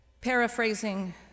Paraphrasing